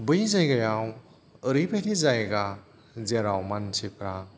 बै जायगायाव ओरैबायदि जायगा जेराव मानसिफ्रा